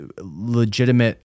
legitimate